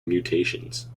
mutations